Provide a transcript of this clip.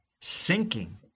sinking